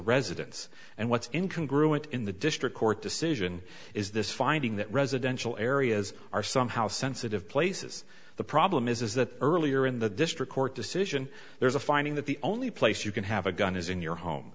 residence and what's in congruity in the district court decision is this finding that residential areas are somehow sensitive places the problem is is that earlier in the district court decision there's a finding that the only place you can have a gun is in your home